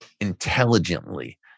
intelligently